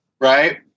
Right